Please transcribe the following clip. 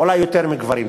אולי יותר מחיי גברים.